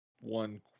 one